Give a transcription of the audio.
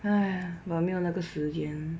!aiya! but 没有那个时间